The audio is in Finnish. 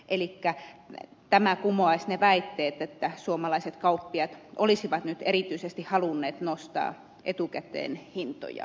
elikkä tämä kumoaisi ne väitteet että suomalaiset kauppiaat olisivat nyt erityisesti halunneet nostaa etukäteen hintojaan